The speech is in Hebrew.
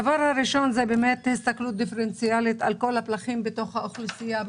הדבר הראשון הוא הסתכלות דיפרנציאלית על כל הפלחים בתוך האוכלוסייה,